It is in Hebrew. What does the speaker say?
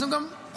אז הוא גם חוששים.